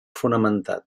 fonamentat